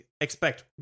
expect